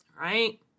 right